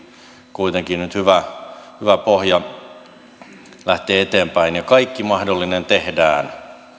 kuitenkin nyt hyvä pohja lähteä eteenpäin kaikki mahdollinen tehdään